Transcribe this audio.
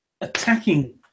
attacking